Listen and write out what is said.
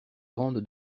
grande